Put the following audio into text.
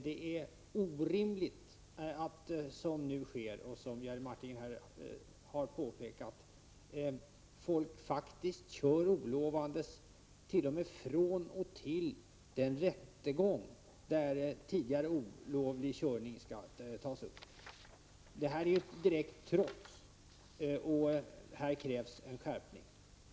Det är orimligt att, som nu sker och som Jerry Martinger har påpekat, folk faktiskt kör olovandes t.o.m. till och från den rättegång där tidigare olovlig körning tas upp. Det är direkt trots, och här krävs en skärpning.